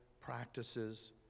practices